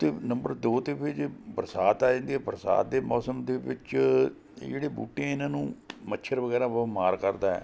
ਓਹ ਅਤੇ ਨੰਬਰ ਦੋ 'ਤੇ ਫਿਰ ਬਰਸਾਤ ਆ ਜਾਂਦੀ ਹੈ ਬਰਸਾਤ ਦੇ ਮੌਸਮ ਦੇ ਵਿੱਚ ਇਹ ਜਿਹੜੇ ਬੂਟੇ ਇਹਨਾਂ ਨੂੰ ਮੱਛਰ ਵਗੈਰਾ ਬਹੁਤ ਮਾਰ ਕਰਦਾ